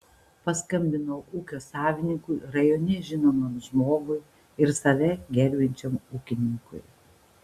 paskambinau ūkio savininkui rajone žinomam žmogui ir save gerbiančiam ūkininkui